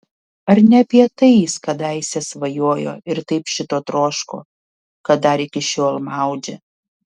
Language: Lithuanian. ar ne apie tai jis kadaise svajojo ir taip šito troško kad dar iki šiol maudžia